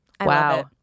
Wow